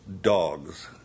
dogs